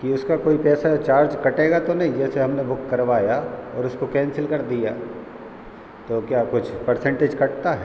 कि उसका कोई पैसा चार्ज कटेगा तो नहीं जैसे हमने बुक करवाया और उसको कैंसिल कर दिया तो क्या कुछ परसेंटेज कटता है